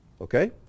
Okay